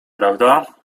prawda